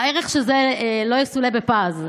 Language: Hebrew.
הערך של זה לא יסולא בפז.